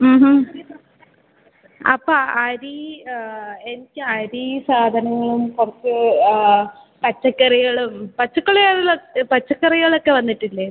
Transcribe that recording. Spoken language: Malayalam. ഹ അപ്പം അരി എനിക്ക് അരി സാധനങ്ങളും കുറച്ച് പച്ചക്കറികളും പച്ചക്കറികൾ പച്ചക്കറികളക്കെ വന്നിട്ടില്ലേ